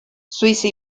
suiza